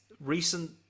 recent